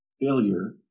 Failure